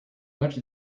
much